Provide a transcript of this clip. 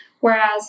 Whereas